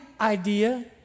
idea